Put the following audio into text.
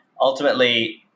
ultimately